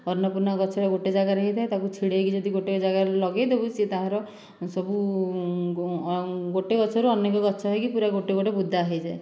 ଅନ୍ନପୂର୍ଣ୍ଣା ଗଛ ଗୋଟିଏ ଜାଗାରେ ହୋଇଥାଏ ତାକୁ ଛିଡ଼େଇକି ଯଦି ଗୋଟିଏ ଜାଗାରେ ଲଗେଇଦେବୁ ସେ ତାର ସେସବୁ ଗୋଟିଏ ଗଛରୁ ଅନେକ ଗଛ ହୋଇକି ପୁରା ଗୋଟିଏ ଗୋଟିଏ ବୁଦା ହୋଇଯାଏ